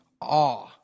awe